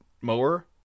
mower